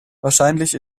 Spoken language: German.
wahrscheinlich